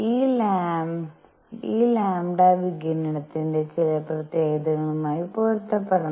ഈ λ വികിരണത്തിന്റെ ചില പ്രത്യേകതകളുമായി പൊരുത്തപ്പെടണം